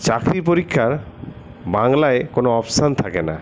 চাকরি পরীক্ষার বাংলায় কোন অপশান থাকে না